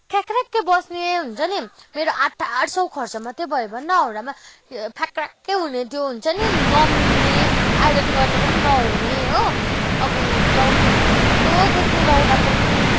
ख्याक्रख्क बस्ने हुन्छ नि मेरो आठ त आठ सौ खर्च मात्रै भयो भन न हाउडामा फ्याक्रख्क हुने त्यो हुन्छ नि नमिल्ने त्यो आइरन गर्न पनि नहुने हो अब लाउनु पनि कस्तो देख्ने लाउँदा पनि